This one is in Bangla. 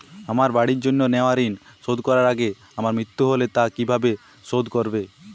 আমার বাড়ির জন্য নেওয়া ঋণ শোধ করার আগে আমার মৃত্যু হলে তা কে কিভাবে শোধ করবে?